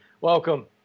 Welcome